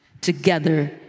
together